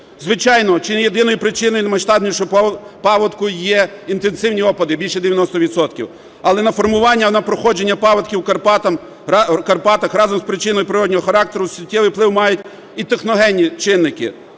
Звичайно, чи не єдиною причиною наймасштабнішого паводку є інтенсивні опади більше 90 відсотків. Але на формування на проходження паводків у Карпатах разом з причиною природного характеру суттєвий вплив мають і техногенні чинники: